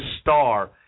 star